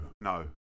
no